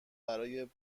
برای